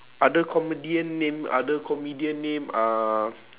other comedian name other comedian name uh